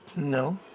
no.